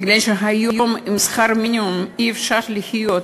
מפני שהיום עם שכר מינימום אי-אפשר לחיות.